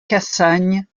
cassagne